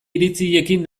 iritziekin